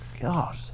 god